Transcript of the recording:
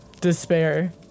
despair